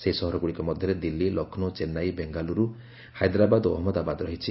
ସେହି ସହରଗୁଡ଼ିକ ମଧ୍ୟରେ ଦିଲ୍ଲୀ ଲକ୍ଷ୍ନୌ ଚେନ୍ନାଇ ବେଙ୍ଗାଲୁରୁ ହାଇଦ୍ରାବାଦ ଓ ଅହମ୍ମଦାବାଦ ରହିଛି